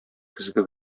көзге